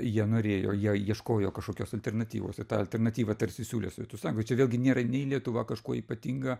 jie norėjo jie ieškojo kažkokios alternatyvos ir tą alternatyvą tarsi siūlė sovietų sąjunga ir čia vėlgi nėra nei lietuva kažkuo ypatinga